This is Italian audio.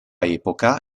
epoca